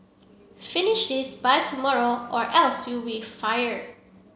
finish this by tomorrow or else you be fired